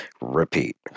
Repeat